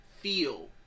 feel